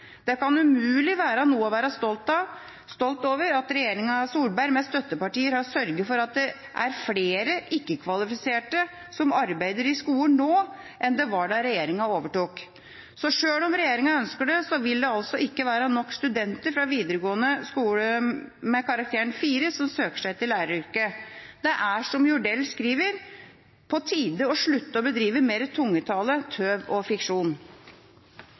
Det kan umulig være noe å være stolt over at regjeringa Solberg med støttepartier har sørget for at det er flere ikke-kvalifiserte som arbeider i skolen nå enn det var da regjeringa overtok. Selv om regjeringa ønsker det, vil det altså ikke være nok studenter fra videregående skole med karakteren 4 som søker seg til læreryrket. Det er, som Jordell skriver, på tide å slutte å «bedrive mer tungetale, tøv og fiksjon».